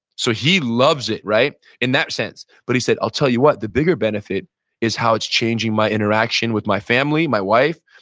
so he loves it in that sense but he said, i'll tell you what, the bigger benefit is how it's changing my interaction with my family, my wife,